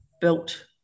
built